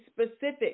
specific